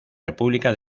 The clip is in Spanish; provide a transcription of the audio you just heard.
república